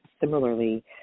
similarly